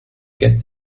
get